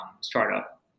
startup